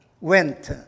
went